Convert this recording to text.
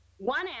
one